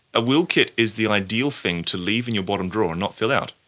a will kit is the ideal thing to leave in your bottom drawer and not fill out,